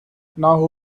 now